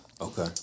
Okay